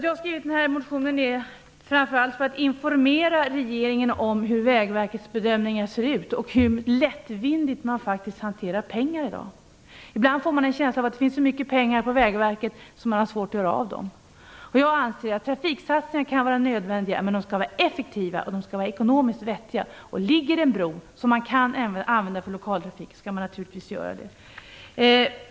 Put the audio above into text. Jag har skrivit denna motion framför allt för att informera regeringen om Vägverkets bedömningar och om hur lättvindigt man faktiskt hanterar pengar i dag. Ibland får man en känsla av att Vägverket har så mycket pengar att man har svårt att göra av med dem. Jag anser att trafiksatsningar kan vara nödvändiga, men de skall vara effektiva och ekonomiskt vettiga. Finns det en bro som kan användas för lokaltrafik, skall man naturligtvis göra det.